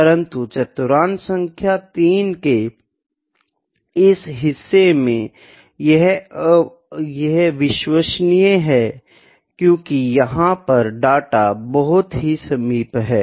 परन्तु चतुर्थांश 3 के इस हिस्से में यह विश्वसनीय है क्योकि यहाँ पर डेटा बहुत ही समीप है